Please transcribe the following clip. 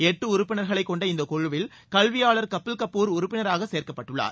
எட்டு உறுப்பினர்களைக் கொண்ட இந்தக் குழுவில் கல்வியாளர் கபில் கபூர் உறுப்பினராக சேர்க்கப்பட்டுள்ளார்